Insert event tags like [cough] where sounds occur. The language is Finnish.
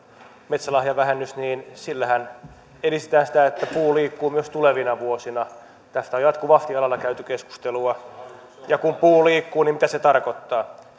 metsälahjavähennys niin sillähän edistetään sitä että puu liikkuu myös tulevina vuosina tästä on jatkuvasti alalla käyty keskustelua ja kun puu liikkuu niin mitä se tarkoittaa [unintelligible]